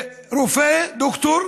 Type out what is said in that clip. רופא, ד"ר